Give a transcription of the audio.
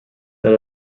that